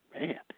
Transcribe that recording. Man